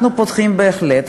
אנחנו פותחים בהחלט,